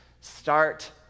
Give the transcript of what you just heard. Start